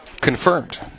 Confirmed